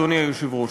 אדוני היושב-ראש,